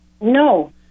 No